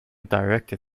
directed